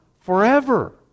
forever